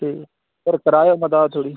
ठीक ऐ होर कराएओ मदाद थोह्ड़ी